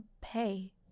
pay